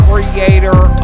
creator